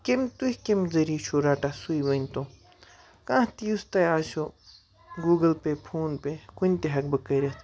کیٚمۍ تُہۍ کیٚمۍ ذٔریہِ چھُو رَٹان سُے ؤنۍتو کانٛہہ تہِ یُس تۄہہِ آسیو گوٗگٕل پے فون پے کُنہِ تہِ ہٮ۪کہٕ بہٕ کٔرِتھ